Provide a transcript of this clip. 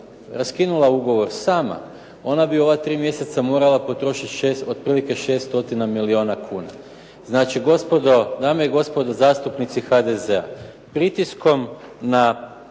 raskinula ugovor sama, ona bi ova tri mjeseca morala potrošiti otprilike 6 stotina milijuna kuna. Znači gospodo, dame i gospodo zastupnici HDZ-a. Pritiskom na